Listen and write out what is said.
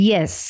Yes